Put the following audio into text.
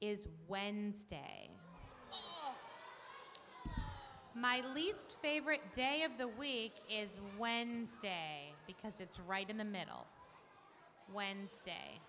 is wednesday my least favorite day of the week is wednesday because it's right in the middle of wednesday